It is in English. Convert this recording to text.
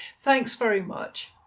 thanks very much